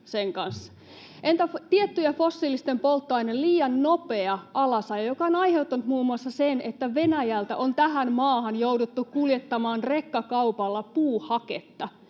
Entä tiettyjen fossiilisten polttoaineiden liian nopea alasajo, joka on aiheuttanut muun muassa sen, että Venäjältä on tähän maahan jouduttu kuljettamaan rekkakaupalla puuhaketta?